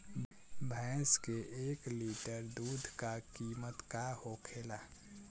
भैंस के एक लीटर दूध का कीमत का होखेला?